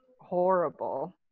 horrible